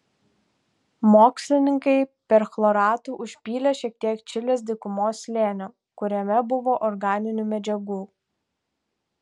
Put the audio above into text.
mokslininkai perchloratu užpylė šiek tiek čilės dykumos slėnio kuriame buvo organinių medžiagų